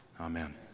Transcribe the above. Amen